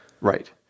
Right